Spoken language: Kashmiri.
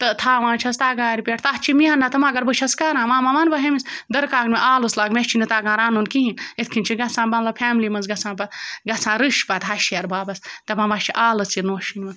تہٕ تھاوان چھٮ۪س تَگارِ پٮ۪ٹھ تتھ چھِ محنت مگر بہٕ چھٮ۪س کَران وَما وَنہٕ بہٕ ہُمِس دُرکاکنہِ آلُژ لاگہٕ مےٚ چھی نہٕ تَگان رَنُن کِہیٖنۍ یِتھ کٔنۍ چھِ گژھان مطلب فیملی منٛز گژھان پَتہٕ گژھان رٕش پَتہٕ ہَشہِ ہِیٚہربابَس دَپان وۄنۍ چھِ آلٕژ یہِ نوٚش أنمٕژ